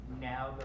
now